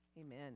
Amen